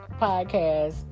podcast